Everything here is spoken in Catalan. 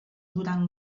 durant